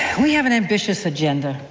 we have an ambitious agenda.